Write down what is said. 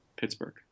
pittsburgh